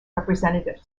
representative